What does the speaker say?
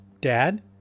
Dad